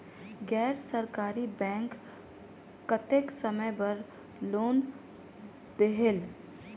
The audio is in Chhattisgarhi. गैर सरकारी बैंक कतेक समय बर लोन देहेल?